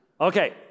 Okay